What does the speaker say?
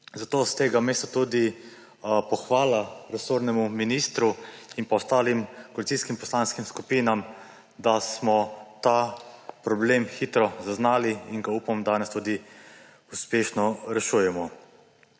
Zato s tega mesta tudi pohvala resornemu ministru in pa ostalim koalicijskih poslanskih skupinam, da smo ta problem hitro zaznali in ga, upam, danes tudi uspešno rešujemo.